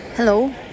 Hello